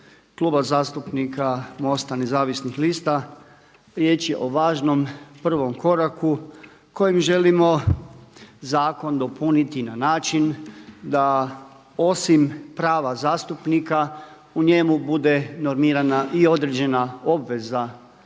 Kluba zastupnika MOST-a nezavisnih lista riječ je o važnom prvom koraku kojim želimo zakon dopuniti na način da osim prava zastupnika u njemu bude normirana i određena obveza